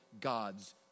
God's